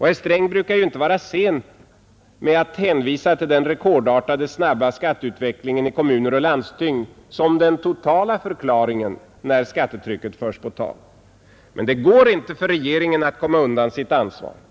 Herr Sträng brukar inte vara sen med att hänvisa till den rekordartade, snabba skatteutvecklingen i kommuner och landsting som den totala förklaringen när skattetrycket förs på tal. Men det går inte för regeringen att komma undan sitt ansvar.